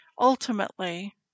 Ultimately